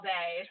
day